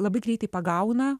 labai greitai pagauna